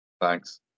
thanks